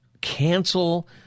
cancel